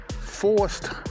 Forced